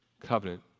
covenant